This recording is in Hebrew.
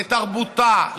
לתרבותה,